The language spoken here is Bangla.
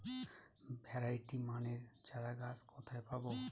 ভ্যারাইটি মানের চারাগাছ কোথায় পাবো?